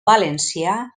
valencià